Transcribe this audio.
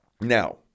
Now